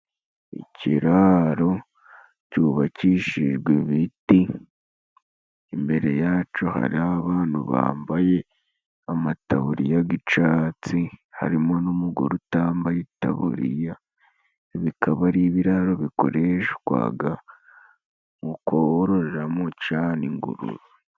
Ikiraro cyubakishijwe ibiti, imbere yaco hari abantu bambaye amataburiya g'icatsi, harimo n'umugore utambaye itaburiya. Bikaba ari ibiraro bikoreshwaga mu kororeramo cane ingurube.